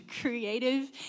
creative